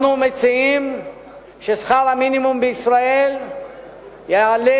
אנחנו מציעים ששכר המינימום בישראל יעלה